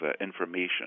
information